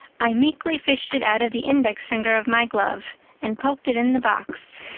i meekly fished it out of the index finger of my glove and poked it in the box.